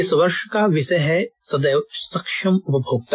इस वर्ष का विषय है सदैव सक्षम उपभोक्ता